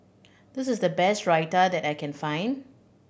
this is the best Raita that I can find